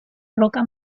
roca